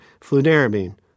fludarabine